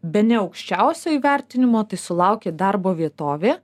bene aukščiausio įvertinimo tai sulaukė darbo vietovė